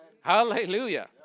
Hallelujah